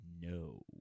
no